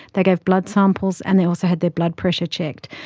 they gave blood samples and they also had their blood pressure checked.